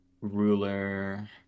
ruler